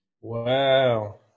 Wow